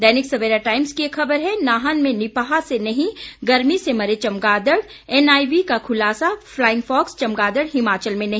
दैनिक Savera Times की एक खबर है नाहन में निपाह से नहीं गर्मी से मरे चमगादड़ एनआईवी का खुलासा फ्लाइंग फॉक्स चमगादड़ हिमाचल में नहीं